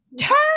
turn